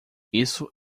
isso